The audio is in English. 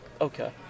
Okay